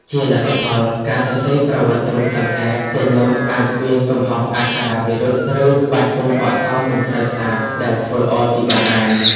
ជាលទ្ធផល ការសរសេរប្រវត្តិរូបសង្ខេប ទាំងនោះអាចមានកំហុសអក្ខរាវិរុទ្ធ ឬក្បាច់ពុម្ពអក្សរមិនសូវស្អាត ដែលធ្វើឲ្យពិបាកអាន។